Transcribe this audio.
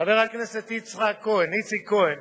חבר הכנסת יצחק כהן, איציק כהן,